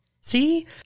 See